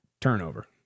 turnover